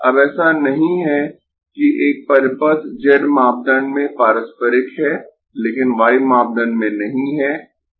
अब ऐसा नहीं है कि एक परिपथ z मापदंड में पारस्परिक है लेकिन y मापदंड में नहीं है या अन्य मापदंड